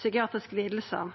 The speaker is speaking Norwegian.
psykiatriske